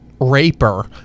Raper